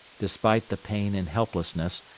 despite the pain and helplessness,